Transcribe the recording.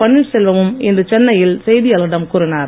பன்னீர்செல்வமும் இன்று சென்னையில் செய்தியாளர்களிடம் கூ கூறினார்